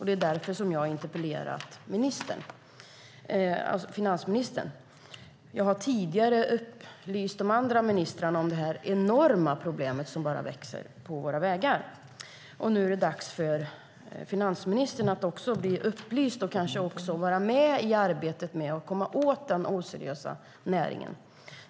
Det är därför jag har interpellerat finansministern. Jag har tidigare upplyst andra ministrar om det enorma problem som växer på våra vägar. Nu är det dags för finansministern att också bli upplyst och vara med i arbetet att komma åt den oseriösa näringen.